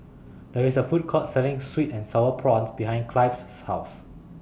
There IS A Food Court Selling Sweet and Sour Prawns behind Clive's House